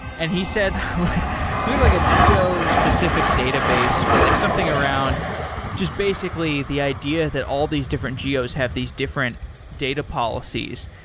and he said something like a geo specific database. but like something around just basically the idea that all these different geos have these different data policies.